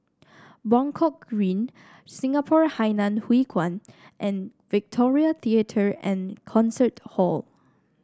Buangkok Green Singapore Hainan Hwee Kuan and Victoria Theatre and Concert Hall